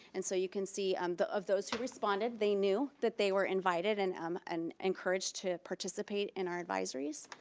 and so you can see um of those who responded they knew that they were invited, and um and encouraged to participate in our advisories,